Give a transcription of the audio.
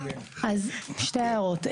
שתי הערות.